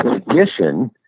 addition,